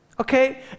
okay